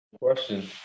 question